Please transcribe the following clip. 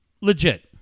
legit